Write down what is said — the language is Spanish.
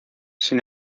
sin